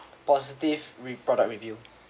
positive re product review